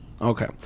Okay